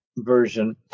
Version